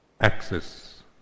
axis